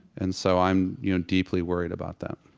and so i'm, you know, deeply worried about that,